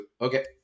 Okay